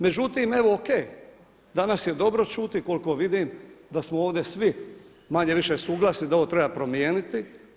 Međutim, evo OK, danas je dobro čuti koliko vidim da smo ovdje svi manje-više suglasni da ovo treba promijeniti.